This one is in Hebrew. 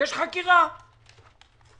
כן, ביקשתי ממך.